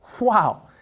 Wow